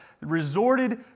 resorted